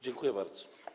Dziękuję bardzo.